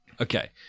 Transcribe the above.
Okay